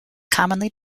commonly